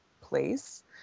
place